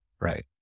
right